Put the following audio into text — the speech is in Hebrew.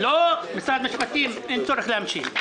משרד המשפטים אין צורך להמשיך.